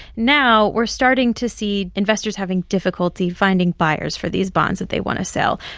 now we're starting to see investors having difficulty finding buyers for these bonds that they want to sell.